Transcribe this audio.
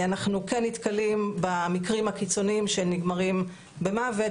אנחנו כן נתקלים במקרים הקיצוניים שנגמרים במוות